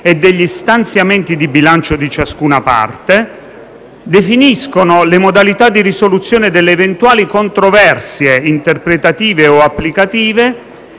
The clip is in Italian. e degli stanziamenti di bilancio di ciascuna parte, definiscono le modalità di risoluzione delle eventuali controversie interpretative o applicative